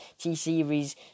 t-series